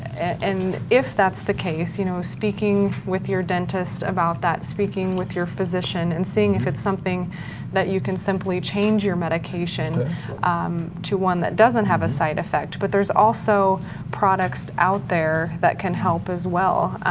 and if that's the case, you know speaking with your dentist about that, speaking with your physician and seeing if it's something that you can simply change your medication to one that doesn't have a side effect, but there's also products out there that can help, as well.